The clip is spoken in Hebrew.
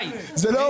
אם לא,